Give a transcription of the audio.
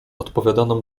odpowiadano